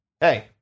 Hey